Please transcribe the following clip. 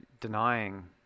denying